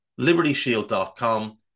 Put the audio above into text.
libertyshield.com